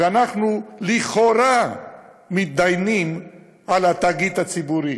ואנחנו לכאורה מתדיינים על התאגיד הציבורי.